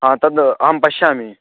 हा तद् अहं पश्यामि